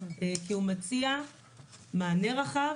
כי הוא מציע מענה רחב